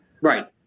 Right